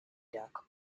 duck